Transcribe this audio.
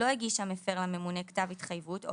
לא הגיש המפר לממונה כתב התחייבות או